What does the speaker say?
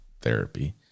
therapy